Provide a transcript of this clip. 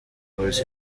polisi